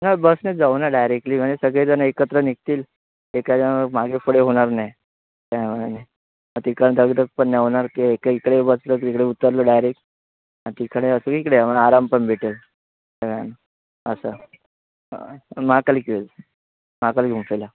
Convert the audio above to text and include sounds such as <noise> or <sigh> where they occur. नाही बसनेच जाऊ ना डायरेकली म्हणजे सगळेजणं एकत्र निघतील <unintelligible> मागे पुढे होणार नाही <unintelligible> दगदग पण नाही होणार की एका इकडे बसलं तिकडे उतरलं डायरेक आणि तिकडे <unintelligible> आराम पण भेटेल सगळ्यांना असं महाकाली केव्ज महाकाली गुंफेला